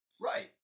Right